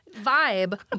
Vibe